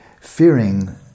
Fearing